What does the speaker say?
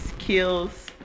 skills